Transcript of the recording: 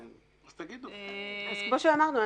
כפי שאמרנו,